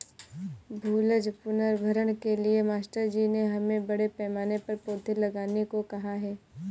भूजल पुनर्भरण के लिए मास्टर जी ने हमें बड़े पैमाने पर पौधे लगाने को कहा है